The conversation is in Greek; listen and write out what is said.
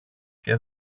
και